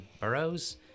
burrows